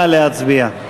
נא להצביע.